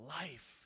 life